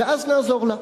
ואז נעזור לה.